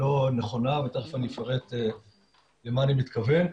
לא נכונה ותכף אני אפרט למה אני מתכוון.